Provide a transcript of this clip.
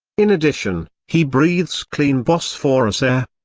in addition, he breathes clean bosphorus air.